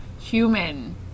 human